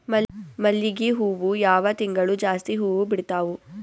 ಮಲ್ಲಿಗಿ ಹೂವು ಯಾವ ತಿಂಗಳು ಜಾಸ್ತಿ ಹೂವು ಬಿಡ್ತಾವು?